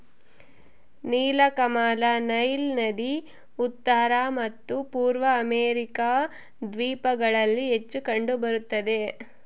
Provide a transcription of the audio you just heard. ನೀಲಕಮಲ ನೈಲ್ ನದಿ ಉತ್ತರ ಮತ್ತು ಪೂರ್ವ ಅಮೆರಿಕಾ ದ್ವೀಪಗಳಲ್ಲಿ ಹೆಚ್ಚು ಕಂಡು ಬರುತ್ತದೆ